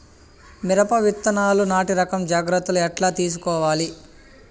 మిరప విత్తనాలు నాటి రకం జాగ్రత్తలు ఎట్లా తీసుకోవాలి?